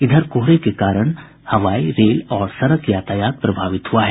इधर कोहरे के कारण हवाई रेल और सड़क यातायात प्रभावित हुआ है